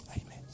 Amen